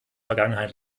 vergangenheit